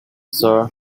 sir